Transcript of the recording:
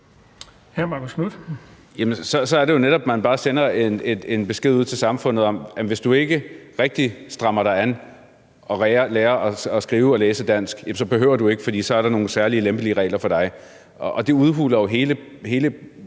14:38 Marcus Knuth (KF): Jamen så er det jo netop, at man bare sender en besked ud til samfundet om, at hvis du ikke rigtig strammer dig an og lærer at skrive og læse dansk, så behøver du det ikke, for så er der nogle særlige lempelige regler for dig. Og det udhuler jo hele